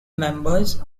members